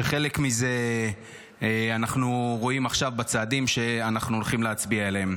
כשחלק מזה אנחנו רואים עכשיו בצעדים שאנחנו הולכים להצביע עליהם.